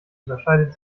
unterscheidet